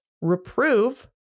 reprove